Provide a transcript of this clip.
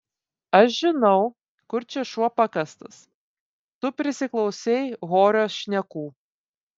aš žinau kur čia šuo pakastas tu prisiklausei horio šnekų